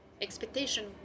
expectation